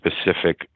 specific